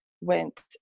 went